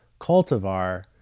cultivar